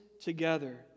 together